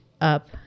up